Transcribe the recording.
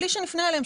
בלי שנפנה אליהם,